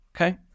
Okay